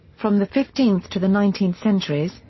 from the fifteenth to the nineteenth centuries,